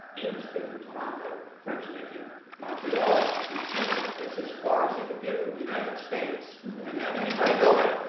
english speaking toronto, french speaking montreal, and two, it's as far as they could get from the united states and have anybody go there.